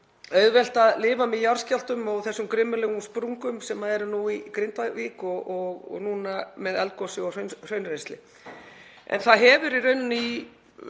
auðvelt að lifa með jarðskjálftum og þessum grimmilegu sprungum sem eru nú í Grindavík og núna með eldgosi og hraunrennsli. Það hefur í rauninni í